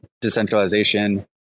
decentralization